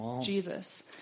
Jesus